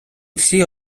всі